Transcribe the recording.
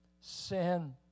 Sin